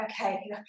okay